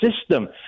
system